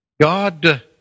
God